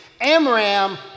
Amram